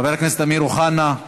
חבר הכנסת אמיר אוחנה,